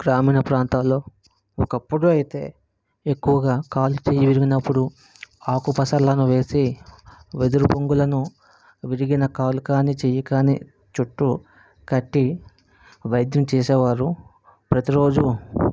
గ్రామీణ ప్రాంతాల్లో ఒకప్పుడు అయితే ఎక్కువగా కాలు చెయ్యి విరిగినప్పుడు ఆకు పసర్లను వేసి వెదురు బొంగులను విరిగిన కాలు కానీ చెయ్యి కానీ చుట్టూ కట్టి వైద్యం చేసేవారు ప్రతి రోజు